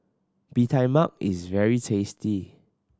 Bee Tai Mak is very tasty